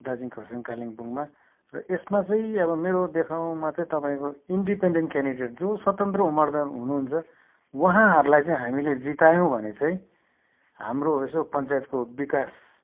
दार्जिलिङ खरसाङ कालेबुङमा र यसमा चाहिँ अब मेरो देख्नुमा चाहिँ तपाईँको इन्डिपेन्डेन क्यान्डिडेड जो स्वतन्त्र उम्मेद्वार हुनुहुन्छ उहाँहरूलाई चाहिँ हामीले जितायौँ भने चाहिँ हाम्रो यसो पञ्चायतको विकास